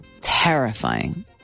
terrifying